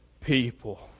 people